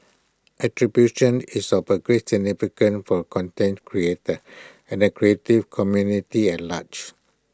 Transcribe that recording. attribution is of A great significant for A content creator and the creative community at large